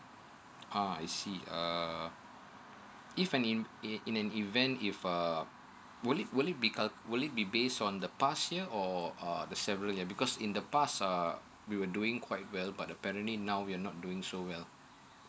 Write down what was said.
uh I see uh if I name it in an event if uh would it would it be would it be base on the past year or err the several year because in the past uh we were doing quite well but apparently now we are not doing so well